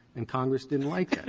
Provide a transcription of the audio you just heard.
and congress didn't like that.